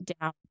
down